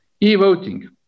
E-voting